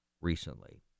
recently